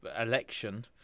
election